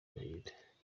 agahinda